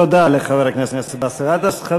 תודה לחבר הכנסת באסל גטאס.